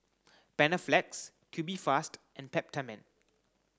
Panaflex Tubifast and Peptamen